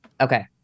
Okay